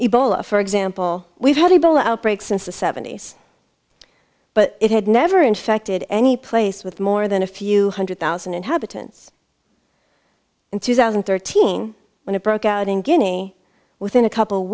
ebola for example we've had a ball outbreak since the seventies but it had never infected any place with more than a few hundred thousand inhabitants in two thousand and thirteen when it broke out in guinea within a couple